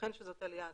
יתכן שזו עלייה אקראית.